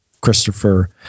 Christopher –